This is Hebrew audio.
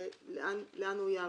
לאן הוא יעבור?